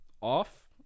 off